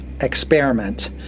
experiment